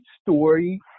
Story